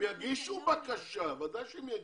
הם יגישו בקשה, בוודאי שהם יגישו,